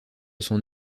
son